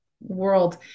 world